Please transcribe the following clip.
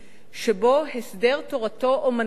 שבו הסדר תורתו-אומנותו,